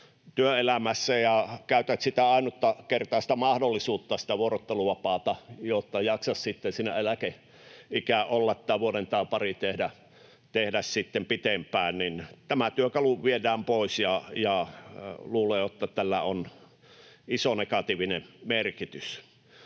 työelämässä ja käytät ainutta kertaa sitä mahdollisuutta, vuorotteluvapaata, jotta jaksaisit sinne eläkeikään olla tai vuoden tai pari tehdä sitten pitempään, niin tämä työkalu viedään pois. Luulen, että tällä on iso negatiivinen merkitys.